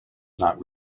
not